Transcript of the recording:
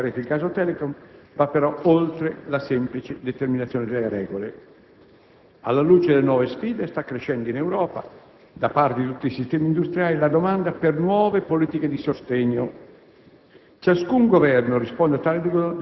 L'interesse pubblico, come dimostra con chiarezza il caso Telecom, va però oltre la semplice determinazione delle regole. Alla luce delle nuove sfide sta crescendo in Europa, da parte di tutti i sistemi industriali, la domanda per nuove politiche di sostegno.